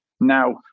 Now